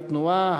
התנועה,